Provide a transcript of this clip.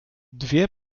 dwie